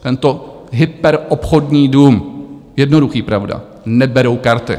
Tento hyper obchodní dům, jednoduchý, pravda, neberou karty.